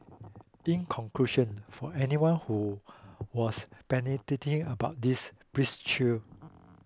in conclusion for anyone who was panicking about this please chill